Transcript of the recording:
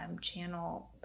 channel